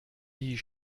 die